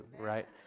right